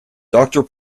doctor